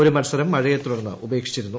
ഒരു മൽസരം മഴയെത്തുടർന്ന് ഉപേക്ഷിച്ചിരുന്നു